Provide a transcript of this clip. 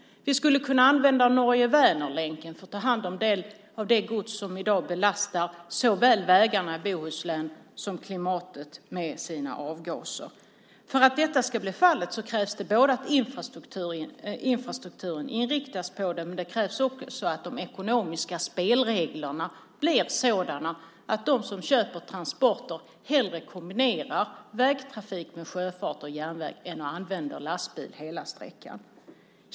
Vi skulle kunna använda Norge-Vänerlänken för att ta hand om en del av den godstrafik som i dag belastar såväl vägarna i Bohuslän som klimatet med sina avgaser. För att detta ska bli fallet krävs att infrastrukturen inriktas på det men också att de ekonomiska spelreglerna blir sådana att de som köper transporter hellre kombinerar vägtrafik med sjöfart och järnväg än använder lastbil hela sträckan.